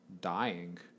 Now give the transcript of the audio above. dying